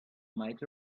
might